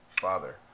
father